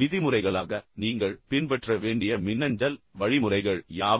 விதிமுறைகளாக நீங்கள் பின்பற்ற வேண்டிய மின்னஞ்சல் வழிமுறைகள் யாவை